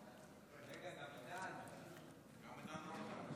גם עידן רול כאן.